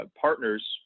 partners